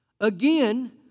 Again